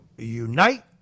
unite